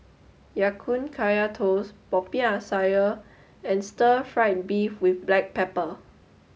Ya Kun Kaya Toast Popiah Sayur and Stir Fried Beef with Black Pepper